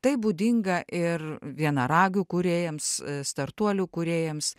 tai būdinga ir vienaragių kūrėjams startuolių kūrėjams